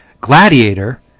Gladiator